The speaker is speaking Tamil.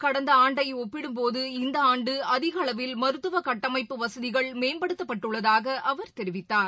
கடந்த ஆண்டை ஒப்பிடும்போது இந்த ஆண்டு அதிகளவில் மருத்துவ கட்டமைப்பு வசதிகள் மேம்படுத்தப்பட்டுள்ளதாக அவர் தெரிவித்தார்